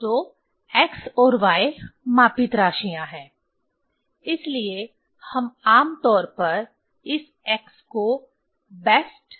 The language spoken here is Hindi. तो x और y मापित राशियां हैं इसलिए हम आम तौर पर इस x को बेस्ट